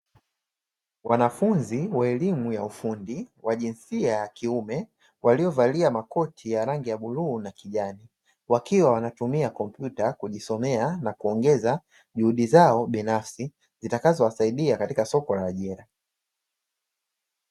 Wanafunzi wa elimu ya ufundi wa jinsia ya kiume, waliovalia makoti ya rangi ya bluu na kijani; wakiwa wanatumia kompyuta kujisomea na kuongeza juhudi zao binafsi, zitakazowasaidia katika soko la ajira.